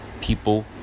people